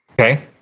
Okay